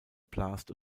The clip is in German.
blast